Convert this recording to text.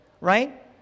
right